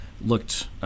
looked